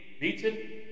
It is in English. beaten